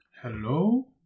Hello